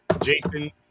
Jason